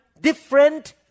different